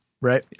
right